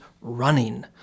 running